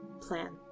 plan